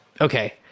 Okay